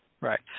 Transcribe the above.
right